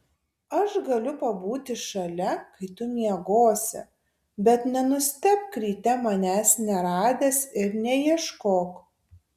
aš galiu pabūti šalia kai tu miegosi bet nenustebk ryte manęs neradęs ir neieškok